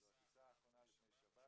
זאת הטיסה האחרונה לפני שבת,